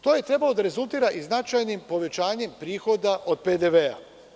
To je trebalo da rezultira i značajnim povećanjem prihoda od PDV.